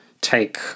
take